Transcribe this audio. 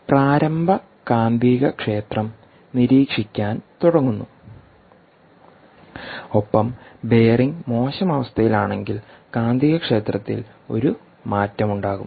നിങ്ങൾ പ്രാരംഭ കാന്തികക്ഷേത്രം നിരീക്ഷിക്കാൻ തുടങ്ങുന്നു ഒപ്പം ബെയറിംഗ് മോശം അവസ്ഥയിൽ ആണെങ്കിൽ കാന്തികക്ഷേത്രത്തിൽ ഒരു മാറ്റമുണ്ടാകും